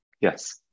Yes